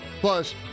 Plus